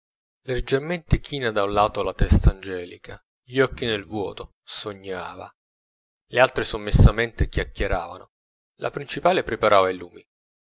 leggermente china da un lato la testa angelica gli occhi nel vuoto sognava le altre sommessamente chiacchieravano la principale preparava i lumi